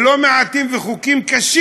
שלא מעט מהם קשים,